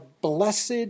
blessed